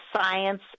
science